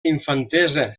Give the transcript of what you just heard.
infantesa